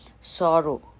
sorrow